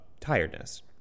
tiredness